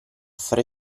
fare